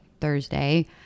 Thursday